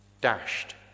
dashed